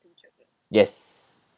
yes